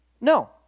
No